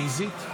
התשפ"ד 2024,